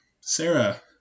Sarah